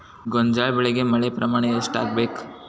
ಗೋಂಜಾಳ ಬೆಳಿಗೆ ಮಳೆ ಪ್ರಮಾಣ ಎಷ್ಟ್ ಆಗ್ಬೇಕ?